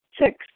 Six